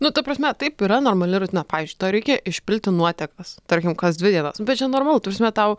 nu ta prasme taip yra normali rutina pavyzdžiui tau reikia išpilti nuotekas tarkim kas dvi dienas bet čia normalu ta prasme tau